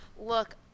Look